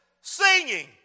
singing